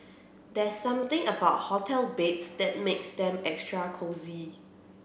there's something about hotel beds that makes them extra cosy